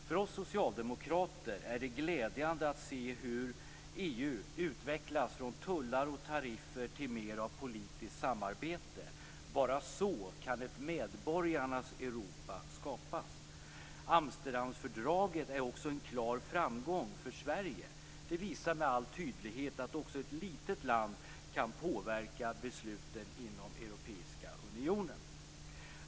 För oss socialdemokrater är det glädjande att se hur EU utvecklats från tullar och tariffer till mer av politiskt samarbete. Bara så kan ett medborgarnas Europa skapas. Amsterdamfördraget är också en klar framgång för Sverige. Det visar med all tydlighet att också ett litet land kan påverka besluten inom Europeiska unionen.